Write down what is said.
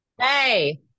Hey